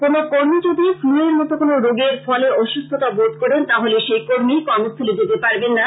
কোনো কর্মী যদি ফ্লু এর মতো কোনো রোগের ফলে অসুস্থতা বোধ করেন তাহলে সেই কর্মী কর্মস্থলে যেতে পারবেন না